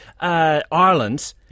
Ireland